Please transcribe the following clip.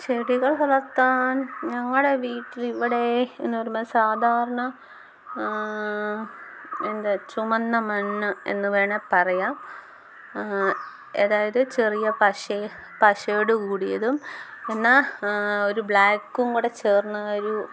ചെടികൾ വളർത്താൻ ഞങ്ങളുടെ വീട്ടില് ഇവിടെ എന്ന് പറഞ്ഞാൽ സാധാരണ എന്താ ചുമന്ന മണ്ണ് എന്ന് വേണേൽ പറയാം അതായത് ചെറിയ പശ പശയോട് കൂടിയതും എന്നാൽ ഒരു ബ്ലാക്കും കൂടെ ചേർന്ന ഒരു